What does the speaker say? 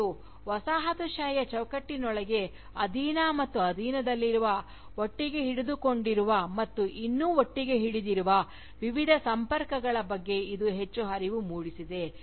ಮತ್ತು ವಸಾಹತುಶಾಹಿಯ ಚೌಕಟ್ಟಿನೊಳಗೆ ಅಧೀನ ಮತ್ತು ಅಧೀನದಲ್ಲಿರುವ ಒಟ್ಟಿಗೆ ಹಿಡಿದಿಟ್ಟುಕೊಂಡಿರುವ ಮತ್ತು ಇನ್ನೂ ಒಟ್ಟಿಗೆ ಹಿಡಿದಿರುವ ವಿವಿಧ ಸಂಪರ್ಕಗಳ ಬಗ್ಗೆ ಇದು ಈಗ ಹೆಚ್ಚು ಅರಿವು ಮೂಡಿಸಿದೆ